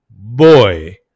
Boy